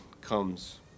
comes